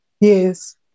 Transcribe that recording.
Yes